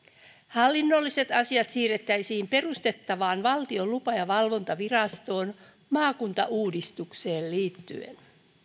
hallinnolliset asiat siirrettäisiin perustettavaan valtion lupa ja valvontavirastoon maakuntauudistukseen liittyen